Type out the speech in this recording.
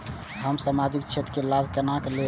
हम सामाजिक क्षेत्र के लाभ केना लैब?